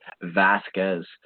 Vasquez